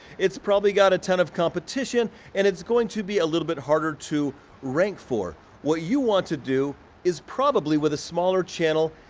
it's probably got a ton of competition, and it's going to be a little bit harder to rank for. what you want to do is probably with a smaller channel,